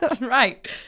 Right